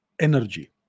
energy